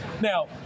Now